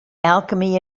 alchemy